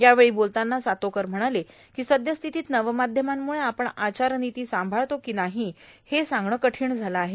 यावेळी विजय सातोकर म्हणाले कों सदयस्थितीत नवमाध्यमांमुळे आपण आचार्रानती सांभाळतो को नाहोहे सांगणे कठोण झालं आहे